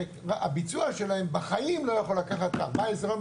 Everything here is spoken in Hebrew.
שהביצוע שלהם בחיים לא יכול לקחת 14 יום,